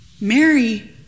Mary